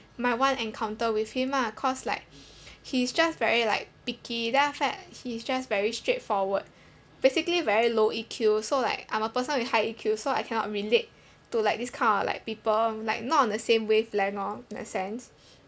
my one encounter with him lah cause like he's just very like picky then after that he's just very straightforward basically very low E_Q so like I'm a person with high E_Q so I cannot relate to like this kind of like people like not on the same wavelength lor in that sense